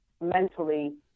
mentally